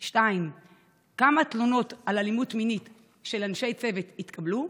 2. כמה תלונות על אלימות מינית של אנשי צוות התקבלו?